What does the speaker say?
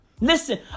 listen